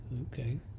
okay